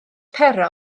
pero